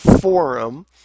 forum